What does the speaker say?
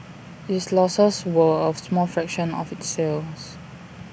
its losses were A small fraction of its sales